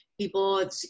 people